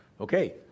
okay